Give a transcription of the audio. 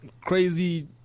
crazy